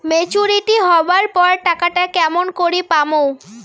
Maturity হবার পর টাকাটা কেমন করি পামু?